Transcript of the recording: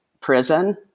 prison